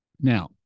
Now